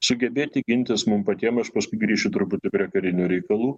sugebėti gintis mum patiem aš paskui grįšiu truputį prie karinių reikalų